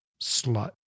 Slut